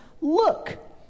look